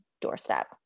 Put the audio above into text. doorstep